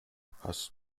hast